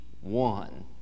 one